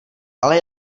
ale